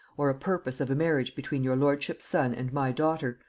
or a purpose of a marriage between your lordship's son and my daughter,